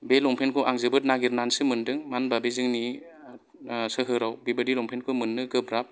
बे लंपेन्टखौ आं जोबोद नागिरनानैसो मोनदों मानो होनबा बे जोंनि सोहोराव बेबादि लंपेन्टखौ मोननो गोब्राब